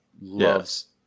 loves